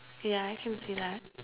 ya I can see that